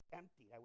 empty